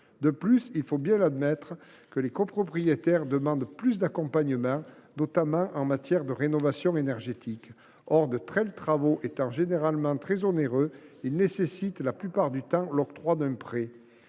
De plus, il faut bien admettre que les copropriétaires demandent davantage d’accompagnement, notamment en matière de rénovation énergétique. Comme de tels travaux sont en général très onéreux, ils nécessitent la plupart du temps l’octroi d’un prêt.